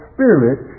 Spirit